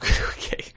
Okay